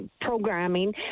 programming